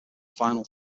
final